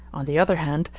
on the other hand,